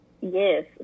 Yes